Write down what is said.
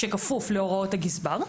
שכפוף להוראות הגזבר.